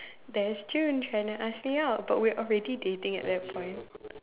there is Ju-Ren trying to ask me out but we are already dating at that point